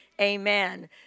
amen